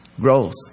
growth